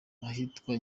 ahitwa